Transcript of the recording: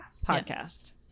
podcast